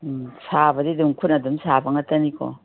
ꯎꯃ ꯁꯥꯕꯗꯤ ꯑꯗꯨꯝ ꯈꯨꯠꯅ ꯁꯥꯕ ꯉꯥꯛꯇꯅꯤꯀꯣ